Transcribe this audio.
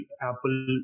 Apple